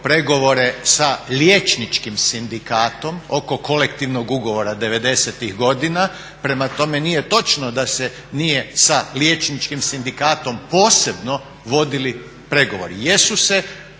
pregovore sa liječničkim sindikatom oko kolektivnog ugovora '90-ih godina. Prema tome, nije tono da se nije sa liječničkim sindikatom posebno vodilo pregovore. Jesu se,